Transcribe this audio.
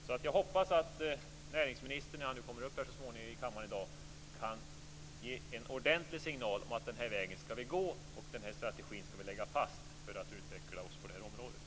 Så jag hoppas att näringsministern när han så småningom kommer upp i kammaren i dag kan ge en ordentlig signal om att den här vägen skall vi gå och den här strategin skall vi lägga fast för att utveckla oss på det här området.